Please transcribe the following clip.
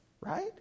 right